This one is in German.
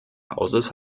hauses